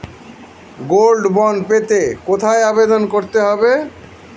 Gold bond পেতে কোথায় আবেদন করতে হবে?